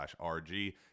rg